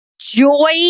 Joy